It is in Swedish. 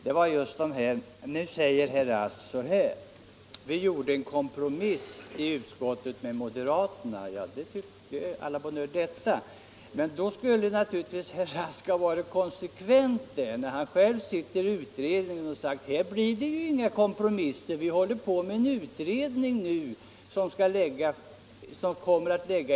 Herr Rask säger nu att vi gjorde en kompromiss i utskottet med moderaterna. Å la bonne heure, men då skulle naturligtvis herr Rask ha varit konsekvent — han sitter själv i utredningen — och sagt att det blir inga kompromisser för vi håller på med en utredning som kommer att lägga fram ett förslag.